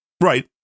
right